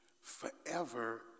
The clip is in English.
Forever